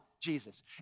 Jesus